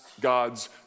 God's